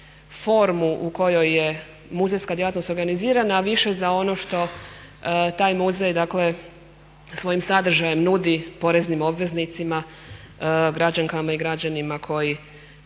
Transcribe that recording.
formu u kojoj je muzejska djelatnost organizirana, a više za ono što taj muzej, dakle svojim sadržajem nudi poreznim obveznicima, građankama i građanima koji